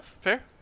fair